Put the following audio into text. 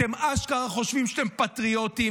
אתם אשכרה חושבים שאתם פטריוטים,